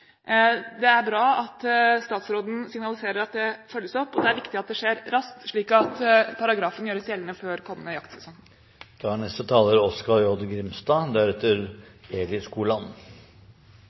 Det er bra at statsråden signaliserer at det følges opp, og det er viktig at det skjer raskt, slik at paragrafen gjøres gjeldende før kommende